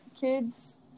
kids